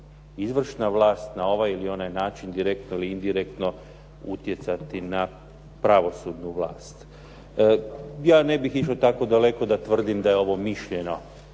izvršna vlast na ovaj ili onaj način direktno ili indirektno utjecati na pravosudnu vlast. Ja ne bih išao tako daleko da tvrdim da je ovo mišljeno